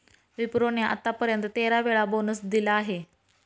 विप्रो ने आत्तापर्यंत तेरा वेळा बोनस दिला आहे